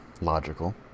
logical